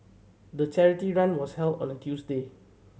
the charity run was held on a Tuesday